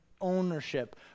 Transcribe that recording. ownership